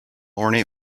ornate